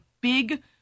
big